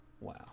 Wow